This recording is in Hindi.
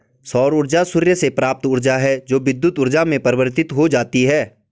सौर ऊर्जा सूर्य से प्राप्त ऊर्जा है जो विद्युत ऊर्जा में परिवर्तित हो जाती है